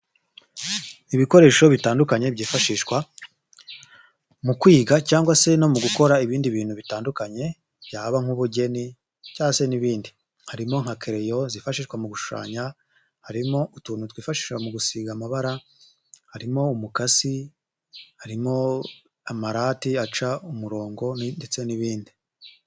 Ibikoresho bitandukanye byifashishwa mu kwiga cyangwa se no mu gukora ibindi bintu bitandukanye byaba nk'ubugeni cyangwa se n'ibindi, harimo nka kereyo zifashishwa mu gushushanya, harimo utuntu twifashisha mu gusiga amabara, harimo umukasi, harimo amarati aca umurongo ndetse n'ibindi.